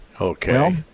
Okay